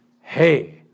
hey